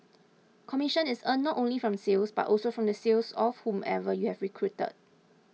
commission is earned not only from sales but also from the sales of whomever you have recruited